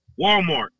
Walmart